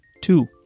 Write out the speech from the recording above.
Two